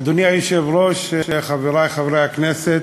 אדוני היושב-ראש, חברי חברי הכנסת,